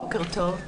בוקר טוב.